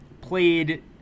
played